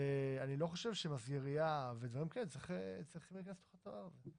אני לא חושב שמסגריה ודברים כאלה צריך להיכנס לתוך הדבר הזה.